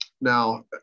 Now